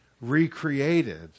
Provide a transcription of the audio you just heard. recreated